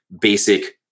basic